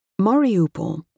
Mariupol